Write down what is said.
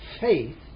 faith